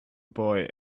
boy